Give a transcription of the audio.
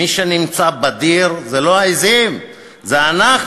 מי שנמצא בדיר זה לא העזים, זה אנחנו,